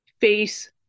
face